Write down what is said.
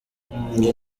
nge